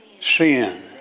sin